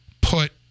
put